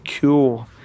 Cool